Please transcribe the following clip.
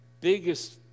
biggest